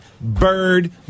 bird